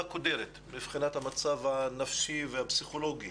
קודרת מבחינת המצב הנפשי והפסיכולוגי